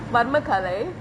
வர்மகலை:varmakalai